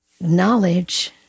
Knowledge